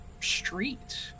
street